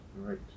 Right